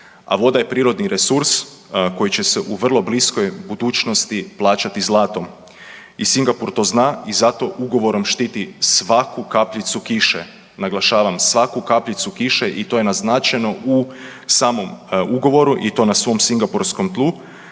A voda je prirodni resurs koji će se u vrlo bliskoj budućnosti plaćati zlatom. I Singapur to zna i zato ugovorom štiti svaku kapljicu kiše, naglašavam svaku kapljicu kiše i to je naznačeno u samom ugovoru i to na svom singapurskom tlu.